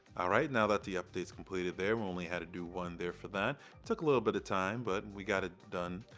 alright, now that the updates completed there, we only had to do one there for that. it took a little bit of time, but we got it done.